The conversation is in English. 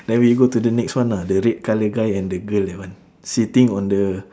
then we go to the next one lah the red colour guy and the girl that one sitting on the